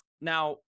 Now